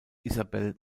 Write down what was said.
isabel